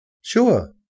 Sure